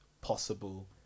possible